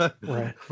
Right